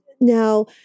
Now